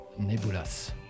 Nebulas